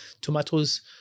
tomatoes